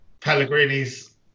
Pellegrini's